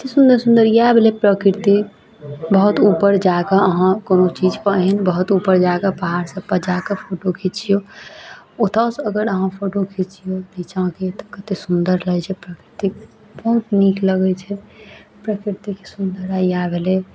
कतेक सुन्दर सुन्दर इएह भेलै प्रकृति बहुत उपर जा कऽ अहाँ कोनो चीज कऽ एहन बहुत उपर जा कऽ पहाड़ सब पर जा कऽ फोटो खिचियौ ओतऽसँ अगर अहाँ फोटो खिचियौ निचाँके तऽ कतेक सुन्दर लगै छै प्राकृतिक बहुत नीक लगैत छै प्रकृतिक सुन्दरता इएह भेलै